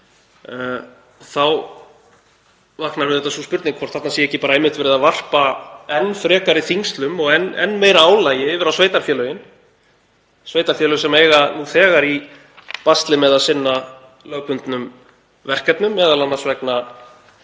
Þá vaknar auðvitað sú spurning hvort þarna sé ekki bara einmitt verið að varpa enn frekari þyngslum og enn meira álagi yfir á sveitarfélögin, sveitarfélög sem eiga nú þegar í basli með að sinna lögbundnum verkefnum, m.a. vegna